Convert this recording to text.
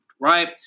Right